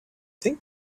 think